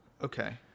okay